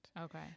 Okay